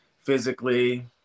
physically